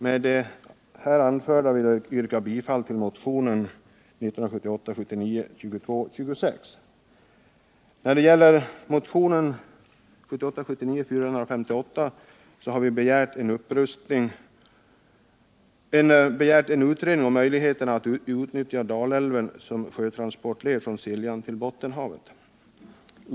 När det gäller motionen 1978/79:458 har vi begärt en utredning om möjligheterna att utnyttja Dalälven som sjötransportled från Siljan till Bottenhavet.